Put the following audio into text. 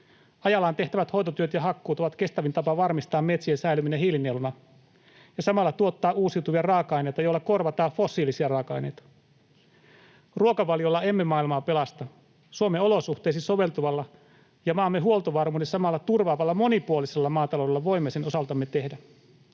Ajallaan tehtävät hoitotyöt ja hakkuut ovat kestävin tapa varmistaa metsien säilyminen hiilinieluna ja samalla tuottaa uusiutuvia raaka-aineita, joilla korvataan fossiilisia raaka-aineita. Ruokavaliolla emme maailmaa pelasta. Suomen olosuhteisiin soveltuvalla ja maamme huoltovarmuuden samalla turvaavalla monipuolisella maataloudella voimme sen osaltamme tehdä.